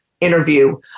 interview